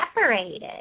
separated